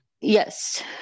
Yes